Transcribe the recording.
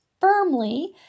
firmly